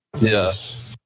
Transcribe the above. Yes